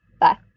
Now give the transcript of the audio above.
Bye